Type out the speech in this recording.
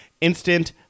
instant